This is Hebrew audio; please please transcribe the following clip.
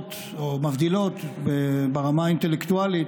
שמפצלות או מבדילות ברמה האינטלקטואלית,